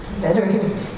Better